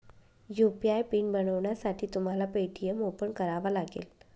UPI PIN बनवण्यासाठी तुम्हाला Paytm open करावा लागेल